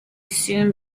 soon